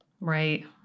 Right